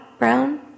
Brown